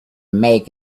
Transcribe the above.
make